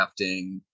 crafting